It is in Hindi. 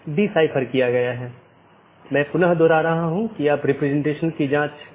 4 जीवित रखें मेसेज यह निर्धारित करता है कि क्या सहकर्मी उपलब्ध हैं या नहीं